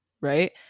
right